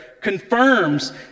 confirms